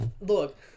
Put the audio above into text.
Look